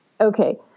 Okay